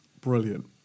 brilliant